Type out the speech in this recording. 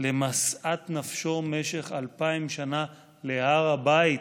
למשאת נפשו משך אלפיים שנה להר הבית,